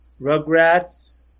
Rugrats